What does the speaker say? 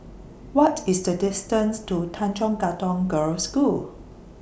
What IS The distance to Tanjong Katong Girls' School